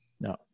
No